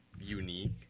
unique